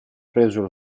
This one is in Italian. preso